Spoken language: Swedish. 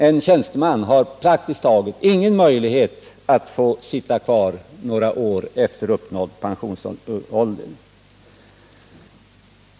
En tjänsteman har praktiskt taget ingen möjlighet att sitta kvar några år efter uppnådd pensionsålder.